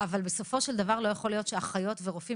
אבל בסופו של דבר לא יכול להיות שאחיות ורופאים